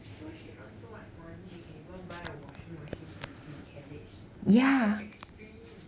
so she earn so much money she can even by a washing machine to 洗 cabbage that's so extreme